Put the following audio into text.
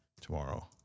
tomorrow